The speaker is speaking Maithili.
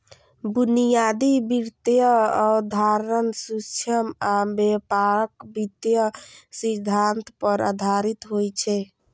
बुनियादी वित्तीय अवधारणा सूक्ष्म आ व्यापक वित्तीय सिद्धांत पर आधारित होइ छै